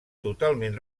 totalment